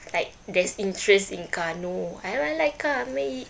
like there's interest in car no I like car I mean it